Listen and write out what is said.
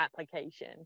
application